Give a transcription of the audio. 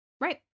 Right